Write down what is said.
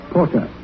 Porter